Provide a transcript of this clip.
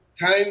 time